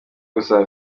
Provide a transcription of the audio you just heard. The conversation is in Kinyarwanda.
gusaba